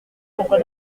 pourquoi